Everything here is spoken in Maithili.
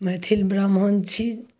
मैथिल ब्राह्मण छी